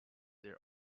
their